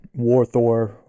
Warthor